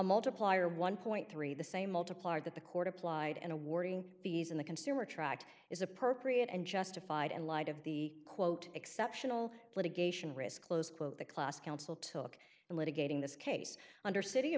multiplier one point three the same multiplier that the court applied and awarding fees in the consumer tract is appropriate and justified in light of the quote exceptional litigation risk close quote the class council took and litigating this case under city of